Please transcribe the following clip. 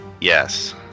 Yes